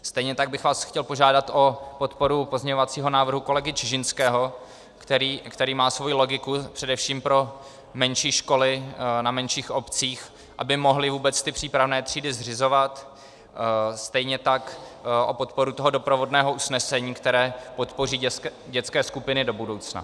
Stejně tak bych vás chtěl požádat o podporu pozměňovacího návrhu kolegy Čižinského, který má svou logiku především pro menší školy na menších obcích, aby mohly vůbec ty přípravné třídy zřizovat, stejně tak o podporu toho doprovodného usnesení, které podpoří dětské skupiny do budoucna.